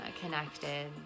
connected